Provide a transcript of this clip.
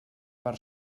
per